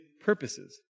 purposes